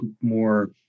more